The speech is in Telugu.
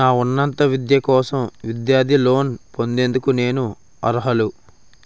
నా ఉన్నత విద్య కోసం విద్యార్థి లోన్ పొందేందుకు నేను అర్హులా?